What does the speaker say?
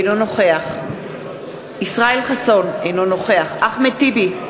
אינו נוכח ישראל חסון, אינו נוכח אחמד טיבי,